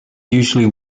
usually